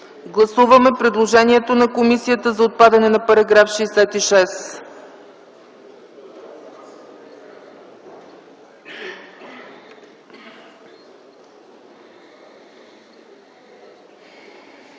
гласуване предложението на комисията за отпадане на вариант ІІ.